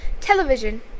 Television